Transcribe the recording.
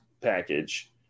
package